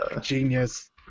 genius